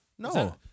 No